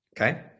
Okay